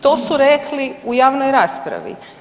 To su rekli u javnoj raspravi.